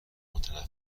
متنفر